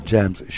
Jams